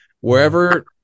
wherever